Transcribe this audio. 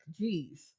Jeez